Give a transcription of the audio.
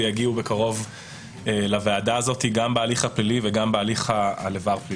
ויגיעו בקרוב לוועדה הזאת גם בהליך הפלילי וגם בהליך הלבר-פלילי.